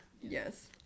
Yes